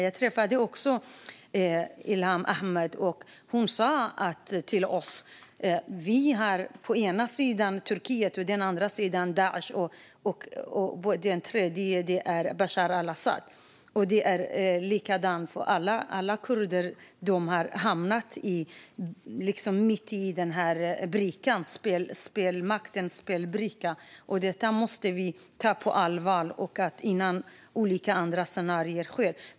Jag träffade också Ilham Ahmed. Hon sa till oss: Vi har på ena sidan Turkiet och på den andra sidan Daish. Den tredje är Bashar al-Asad. Och det är likadant för alla kurder. De har liksom hamnat mitt i maktens spelbricka. Detta måste vi ta på allvar innan olika andra scenarier uppstår.